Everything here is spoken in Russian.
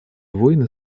войны